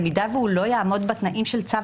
במידה והוא לא יעמוד בתנאים של צו